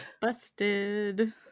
Busted